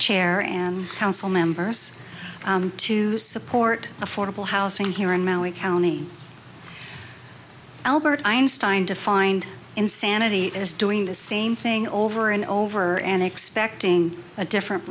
chair and council members to support affordable housing here in maryland county albert einstein defined insanity is doing the same thing over and over and expecting a different